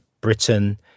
Britain